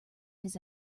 his